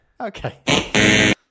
Okay